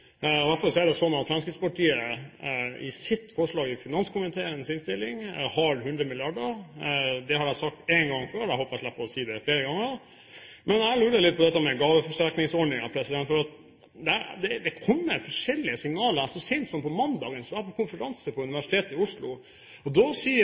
er det slik at Fremskrittspartiet i sitt forslag i finanskomiteens innstilling har 100 mrd. kr. Det har jeg sagt en gang før – jeg håper jeg slipper å si det flere ganger. Jeg lurer litt på dette med gaveforsterkningsordningen. Det kommer forskjellige signaler. Så sent som på mandag var jeg på en konferanse på